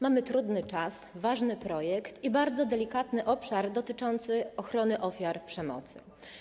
Mamy trudny czas, ważny projekt i bardzo delikatny obszar dotyczący ochrony ofiar przemocy.